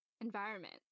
environment